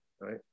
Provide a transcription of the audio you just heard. Right